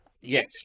Yes